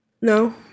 No